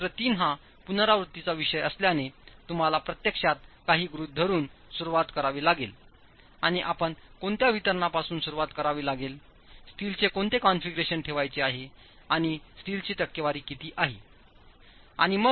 क्षेत्र 3 हा पुनरावृत्तीचा विषय असल्याने तुम्हाला प्रत्यक्षात काही गृहित धरुन सुरुवात करावी लागेल आणि आपण कोणत्या वितरणापासून सुरुवात करावी लागेल स्टीलचे कोणते कॉन्फिगरेशन ठेवायचे आहे आणि स्टीलची टक्केवारी किती आहे